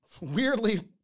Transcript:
weirdly